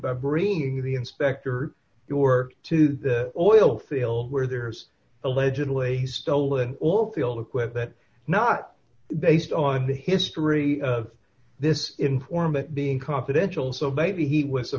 by bringing the inspector you work to oil field where there's allegedly stolen all field equipment not based on the history of this informant being confidential so maybe he was a